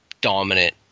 dominant